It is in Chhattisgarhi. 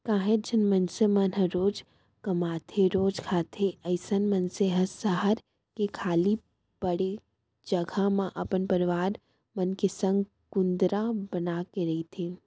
काहेच झन मनसे मन ह रोजे कमाथेरोजे खाथे अइसन मनसे ह सहर के खाली पड़े जघा म अपन परवार मन के संग कुंदरा बनाके रहिथे